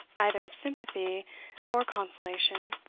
either of sympathy or consolation.